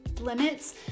limits